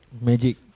Magic